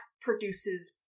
produces